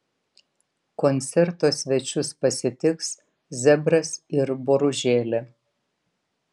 koncerto svečius pasitiks zebras ir boružėlė